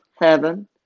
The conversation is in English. heaven